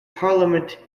parliament